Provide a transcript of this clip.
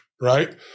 right